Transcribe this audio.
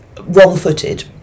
wrong-footed